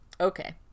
okay